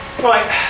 Right